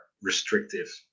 restrictive